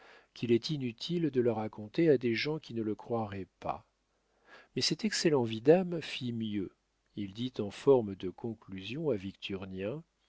qu'il est inutile de le raconter à des gens qui ne le croiraient pas mais cet excellent vidame fit mieux il dit en forme de conclusion à